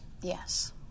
Yes